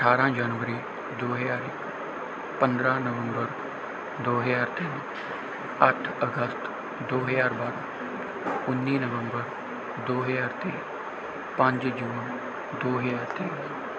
ਅਠਾਰ੍ਹਾਂ ਜਨਵਰੀ ਦੋ ਹਜ਼ਾਰ ਇੱਕ ਪੰਦਰ੍ਹਾਂ ਨਵੰਬਰ ਦੋ ਹਜ਼ਾਰ ਤਿੰਨ ਅੱਠ ਅਗਸਤ ਦੋ ਹਜ਼ਾਰ ਉੱਨੀ ਨਵੰਬਰ ਦੋ ਹਜ਼ਾਰ ਤੇਈ ਪੰਜ ਜੂਨ ਦੋ ਹਜ਼ਾਰ ਤੇਈ